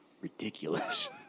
ridiculous